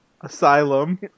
Asylum